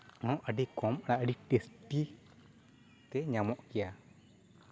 ᱦᱚᱸ ᱟᱹᱰᱤ ᱠᱚᱢ ᱟᱨ ᱟᱹᱰᱤ ᱴᱮᱥᱴᱤ ᱛᱮ ᱧᱟᱢᱚᱜ ᱜᱮᱭᱟ